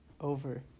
over